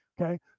okay